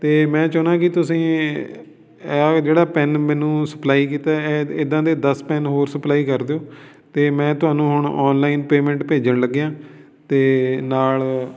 ਅਤੇ ਮੈਂ ਚਾਹੁੰਦਾ ਕੀ ਤੁਸੀਂ ਇਹ ਜਿਹੜਾ ਪੈੱਨ ਮੈਨੂੰ ਸਪਲਾਈ ਕੀਤਾ ਇ ਇੱਦਾਂ ਦੇ ਦਸ ਪੈੱਨ ਹੋਰ ਸਪਲਾਈ ਕਰ ਦਿਓ ਅਤੇ ਮੈਂ ਤੁਹਾਨੂੰ ਹੁਣ ਔਨਲਾਈਨ ਪੇਮੈਂਟ ਭੇਜਣ ਲੱਗਿਆ ਅਤੇ ਨਾਲ